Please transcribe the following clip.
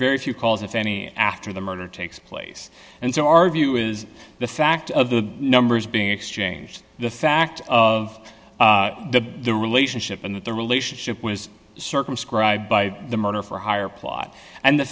very few calls if any after the murder takes place and so our view is the fact of the numbers being exchanged the fact of the relationship and the relationship was circumscribed by the murder for hire plot and the